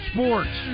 Sports